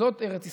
זאת ארץ ישראל.